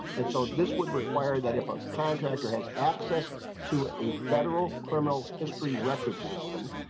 and so this would require that if a contractor has access to a federal criminal history records system.